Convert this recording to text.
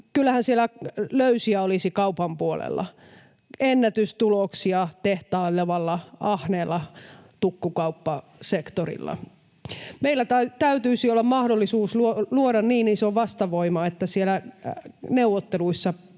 kyllähän siellä löysiä olisi kaupan puolella, ennätystuloksia tehtailevalla ahneella tukkukauppasektorilla. Meillä täytyisi olla mahdollisuus luoda niin iso vastavoima, että siellä neuvotteluissa